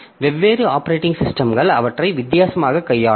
வெவ்வேறு ஆப்பரேட்டிங் சிஸ்டம்கள் அவற்றை வித்தியாசமாகக் கையாளும்